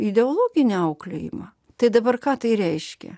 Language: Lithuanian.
ideologinį auklėjimą tai dabar ką tai reiškia